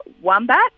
Wombat